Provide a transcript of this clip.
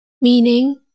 meaning